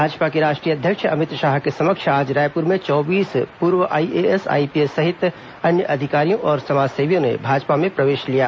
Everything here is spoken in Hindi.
भाजपा के राष्ट्रीय अध्यक्ष अमित शाह के समक्ष आज रायपुर में चौबीस पूर्व आईएएस आईपीएस सहित अन्य अधिकारियों और समाजसेवियों ने भाजपा में प्रवेश लिया